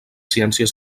ciències